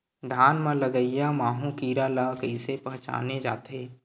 धान म लगईया माहु कीरा ल कइसे पहचाने जाथे?